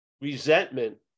resentment